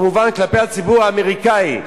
כמובן כלפי הציבור האמריקני,